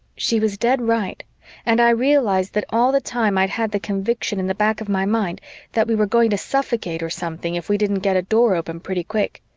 she was dead right and i realized that all the time i'd had the conviction in the back of my mind that we were going to suffocate or something if we didn't get a door open pretty quick.